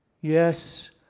Yes